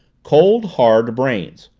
cold, hard brains.